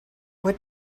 what